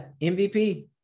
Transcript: MVP